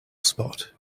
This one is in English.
spot